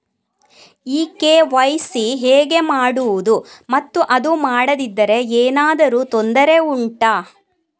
ಈ ಕೆ.ವೈ.ಸಿ ಹೇಗೆ ಮಾಡುವುದು ಮತ್ತು ಅದು ಮಾಡದಿದ್ದರೆ ಏನಾದರೂ ತೊಂದರೆ ಉಂಟಾ